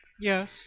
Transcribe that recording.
Yes